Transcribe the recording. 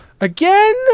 again